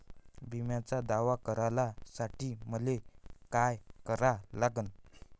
बिम्याचा दावा करा साठी मले का करा लागन?